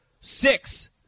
six